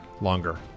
longer